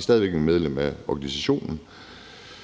stadig væk medlem af organisationen.